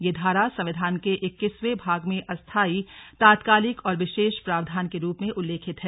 यह धारा संविधान के इक्कीसवें भाग में अस्थायी तात्कालिक और विशेष प्रावधान के रूप में उल्लेखित है